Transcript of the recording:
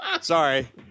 sorry